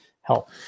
help